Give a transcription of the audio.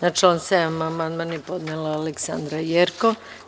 Na član 7. amandman je podnela Aleksandra Jerkov.